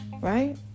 Right